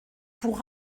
pour